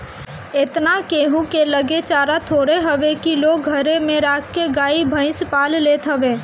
एतना केहू के लगे चारा थोड़े हवे की लोग घरे में राख के गाई भईस पाल लेत हवे